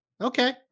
okay